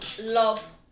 Love